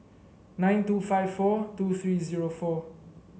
nine two five four two three zero four